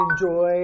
Enjoy